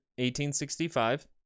1865